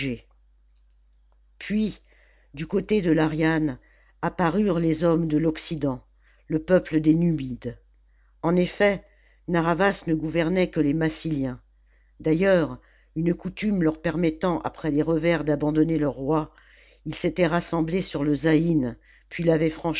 puis du côté de l'ariane apparurent les hommes de l'occident le peuple des numides en effet narr'havas ne gouvernait que les massyliens d'ailleurs une coutume leur permettant après les revers d'abandonner leur roi ils s'étaient rassemblés sur le zaïne puis l'avaient